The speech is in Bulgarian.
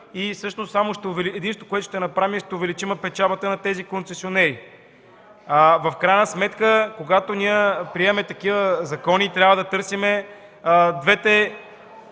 и единственото, което ще направим, е да увеличим печалбата на тези концесионери. В крайна сметка, когато приемаме такива закони, трябва да търсим двете